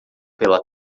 pela